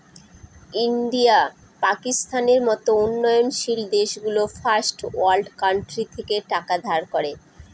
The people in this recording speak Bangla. ইন্ডিয়া, পাকিস্তানের মত উন্নয়নশীল দেশগুলো ফার্স্ট ওয়ার্ল্ড কান্ট্রি থেকে টাকা ধার করে